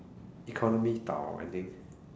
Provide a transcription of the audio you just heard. economy 倒 I think